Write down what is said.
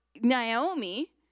Naomi